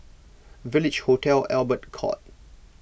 Village Hotel Albert Court